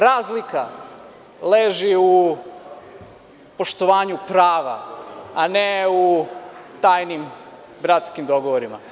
Razlika leži u poštovanju prava, a ne u tajnim bratskim dogovorima.